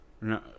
no